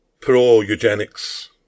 pro-eugenics